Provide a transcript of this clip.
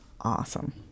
awesome